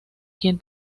quien